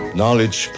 knowledge